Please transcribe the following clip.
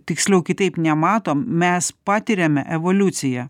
tiksliau kitaip nematom mes patiriame evoliuciją